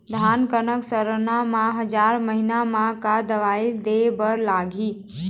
धान कनक सरना मे हजार महीना मे का दवा दे बर लगही?